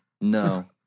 No